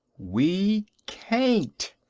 we can't.